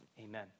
amen